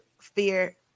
fear